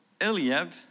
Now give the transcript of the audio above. Eliab